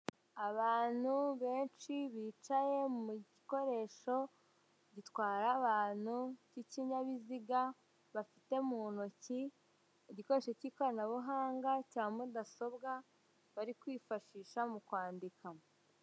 Abantu benshi bicaye mu gikoresho gitwara abantu k'ikinyabiziga, bafite mu ntoki igikoresho cy'ikoranabuhanga cya mudasobwa bari kwifashisha mu kwandika.